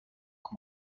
que